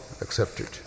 accepted